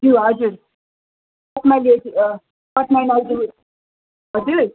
त्यो हजुर मैले हजुर